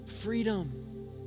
freedom